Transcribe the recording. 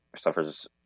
suffers